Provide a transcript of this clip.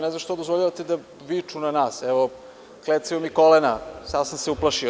Ne znam što dozvoljavate da viču na nas, evo klecaju mi kolena, sav sam se uplašio.